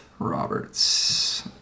Roberts